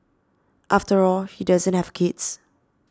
after all he doesn't have kids